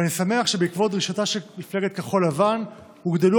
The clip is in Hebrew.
ואני שמח שבעקבות דרישתה של מפלגת כחול לבן הוגדלו